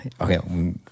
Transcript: okay